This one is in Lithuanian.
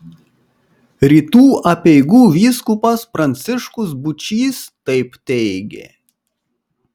rytų apeigų vyskupas pranciškus būčys taip teigė